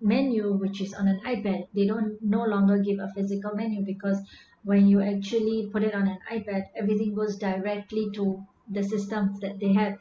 menu which is on an ipad they don't no longer give a physical menu because when you actually put it on an ipad everything goes directly to the systems that they had